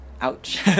ouch